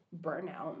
burnout